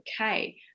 okay